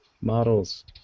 Models